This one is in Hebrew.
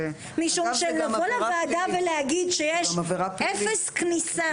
משום שלבוא לוועדה ולהגיד שיש אפס כניסה